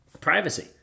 privacy